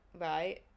Right